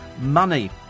money